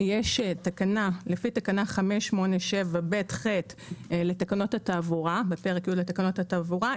לפי תקנה 587(ב)(ח) לתקנות התעבורה בפרק י' לתקנות התעבורה,